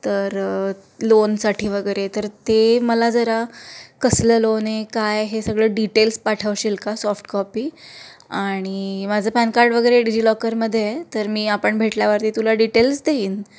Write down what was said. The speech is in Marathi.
तर लोनसाठी वगैरे तर ते मला जरा कसलं लोन आहे काय हे सगळं डिटेल्स पाठवशील का सॉफ्ट कॉपी आणि माझं पॅन कार्ड वगैरे डिजिलॉकरमधे आहे तर मी आपण भेटल्यावरती तुला डिटेल्स देईन